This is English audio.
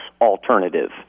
alternative